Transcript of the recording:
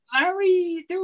Larry